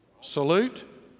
Salute